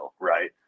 Right